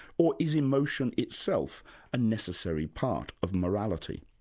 or is emotion itself a necessary part of morality.